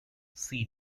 see